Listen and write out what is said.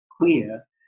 clear